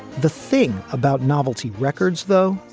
the thing about novelty records, though,